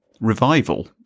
revival